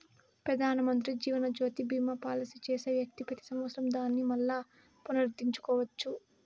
పెదానమంత్రి జీవనజ్యోతి బీమా పాలసీ చేసే వ్యక్తి పెతి సంవత్సరం దానిని మల్లా పునరుద్దరించుకోవచ్చు